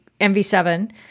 MV7